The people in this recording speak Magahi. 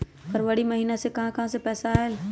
फरवरी महिना मे कहा कहा से पैसा आएल?